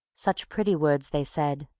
such pretty words they said.